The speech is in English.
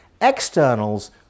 Externals